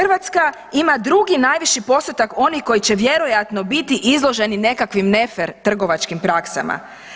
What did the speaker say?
Hrvatska ima drugi najviši postotak onih koji će vjerojatno biti izloženi nekakvim nefer trgovačkim praksama.